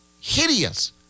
Hideous